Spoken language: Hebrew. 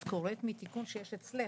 את קוראת מתיקון שיש אצלך?